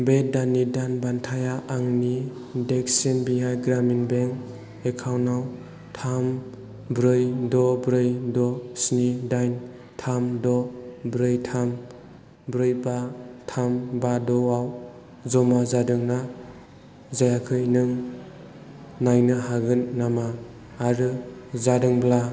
बे दाननि दान बान्थाया आंनि देक्सिन बिहार ग्रामिन बेंक एकाउन्ट आव थाम ब्रै द' ब्रै द' स्नि दाइन थाम द' ब्रै थाम ब्रै बा थाम बा द' आव जमा जादोंना जायाखै नों नायनो हागोन नामा आरो जादोंब्ला